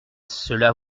cela